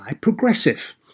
Progressive